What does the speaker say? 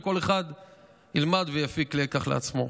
וכל אחד ילמד ויפיק לקח לעצמו.